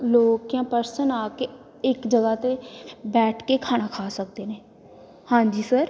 ਲੋਕ ਜਾਂ ਪਰਸਨ ਆ ਕੇ ਇੱਕ ਜਗ੍ਹਾ 'ਤੇ ਬੈਠ ਕੇ ਖਾਣਾ ਖਾ ਸਕਦੇ ਨੇ ਹਾਂਜੀ ਸਰ